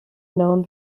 known